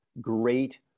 great